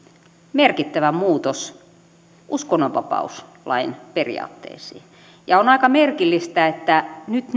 merkittävä muutos uskonnonvapauslain periaatteisiin on aika merkillistä että nyt